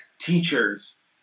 teachers